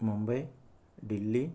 Mumbai Delhi